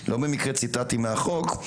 לא במקרה ציטטתי מהחוק,